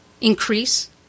increase